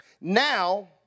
Now